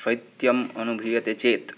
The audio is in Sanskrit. शैत्यम् अनुभूयते चेत्